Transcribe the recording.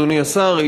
אדוני השר,